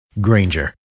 Granger